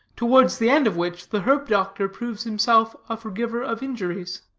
towards the end of which the herb-doctor proves himself a forgiver of injuries.